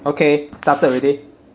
okay started already